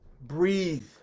Breathe